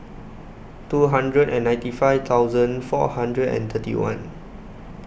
two hundred and ninety five thousand four hundred and thirty one